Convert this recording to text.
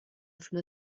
from